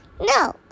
No